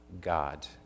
God